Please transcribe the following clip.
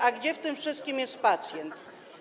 A gdzie w tym w wszystkim jest pacjent?